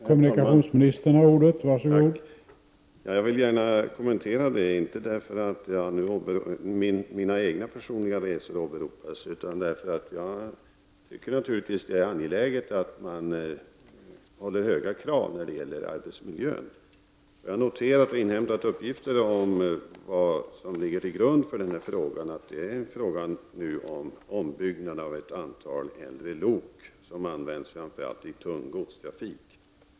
Herr talman! Jag vill kommentera vad Viola Claesson sade, inte därför att mina personliga resor åberopats utan därför att jag naturligtvis tycker att det är angeläget att man ställer höga krav på arbetsmiljön. Jag har inhämtat uppgifter om vad som ligger till grund för frågan. Det planeras nu en ombyggnad av ett antal äldre lok, som framför allt används i tung godstrafik.